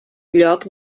lloc